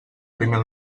primer